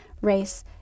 race